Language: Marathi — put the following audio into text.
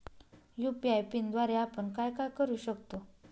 यू.पी.आय पिनद्वारे आपण काय काय करु शकतो?